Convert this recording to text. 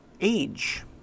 age